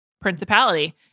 principality